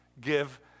give